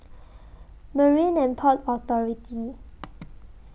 Marine and Port Authority